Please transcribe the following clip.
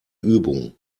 übung